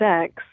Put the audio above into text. sex